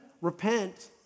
repent